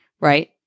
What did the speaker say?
right